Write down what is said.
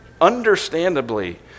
understandably